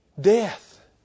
Death